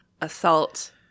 assault